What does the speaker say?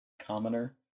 commoner